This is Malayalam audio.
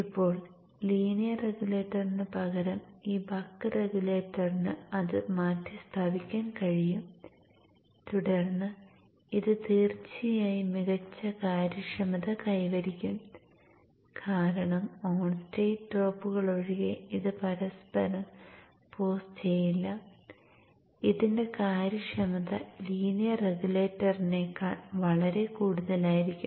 ഇപ്പോൾ ലീനിയർ റെഗുലേറ്ററിന് പകരം ഈ ബക്ക് റെഗുലേറ്ററിന് അത് മാറ്റിസ്ഥാപിക്കാൻ കഴിയും തുടർന്ന് ഇത് തീർച്ചയായും മികച്ച കാര്യക്ഷമത കൈവരിക്കും കാരണം ഓൺ സ്റ്റേറ്റ് ഡ്രോപ്പുകൾ ഒഴികെ ഇത് പരസ്പരം പോസ് ചെയ്യില്ല ഇതിന്റെ കാര്യക്ഷമത ലീനിയർ റെഗുലേറ്ററിനേക്കാൾ വളരെ കൂടുതലായിരിക്കും